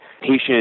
patient